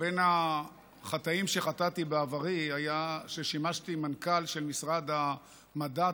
בין החטאים שחטאתי בעברי היה ששימשתי מנכ"ל של משרד המדע,